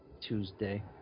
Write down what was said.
Tuesday